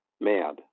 mad